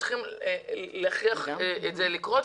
אני חושבת שזה תהליך שייקח זמן אבל אנחנו צריכים לגרום לכך שזה יקרה.